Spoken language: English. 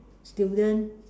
student